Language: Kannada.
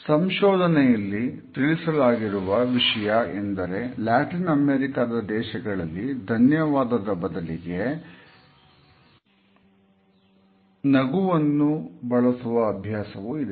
ಸಂಶೋಧನೆಯಲ್ಲಿ ತಿಳಿಸಲಾಗಿರುವ ವಿಷಯ ಎಂದರೆ ಲ್ಯಾಟಿನ್ ಅಮೆರಿಕದ ದೇಶಗಳಲ್ಲಿ ಧನ್ಯವಾದದ ಬದಲಿಗೆ ನಗುವನ್ನು ಬಳಸುವ ಅಭ್ಯಾಸವೂ ಇದೆ